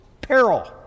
peril